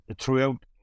throughout